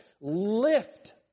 Lift